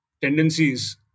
tendencies